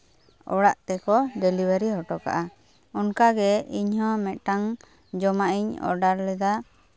ᱚᱲᱟᱜ ᱛᱮᱠᱚ ᱰᱮᱞᱤᱵᱷᱟᱨᱤ ᱦᱚᱴᱚ ᱠᱟᱜᱼᱟ ᱚᱱᱠᱟᱜᱮ ᱤᱧ ᱦᱚᱸ ᱢᱤᱫᱴᱟᱝ ᱡᱚᱢᱟᱜ ᱤᱧ ᱚᱰᱟᱨ ᱞᱮᱫᱟ